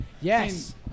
Yes